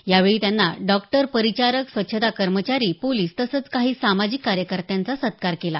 यावेळी त्यांनी डॉक्टर परिचारक स्वच्छता कर्मचारी पोलिस तसेच काही सामाजिक कार्यकर्त्यांचा सत्कार केला